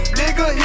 nigga